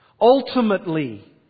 Ultimately